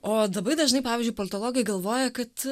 o labai dažnai pavyzdžiui politologai galvoja kad